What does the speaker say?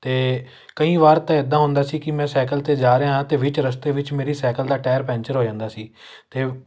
ਅਤੇ ਕਈ ਵਾਰ ਤਾਂ ਇੱਦਾਂ ਹੁੰਦਾ ਸੀ ਕਿ ਮੈਂ ਸਾਈਕਲ 'ਤੇ ਜਾ ਰਿਹਾ ਅਤੇ ਵਿੱਚ ਰਸਤੇ ਵਿੱਚ ਮੇਰੀ ਸਾਈਕਲ ਦਾ ਟਾਇਰ ਪੈਂਚਰ ਹੋ ਜਾਂਦਾ ਸੀ ਅਤੇ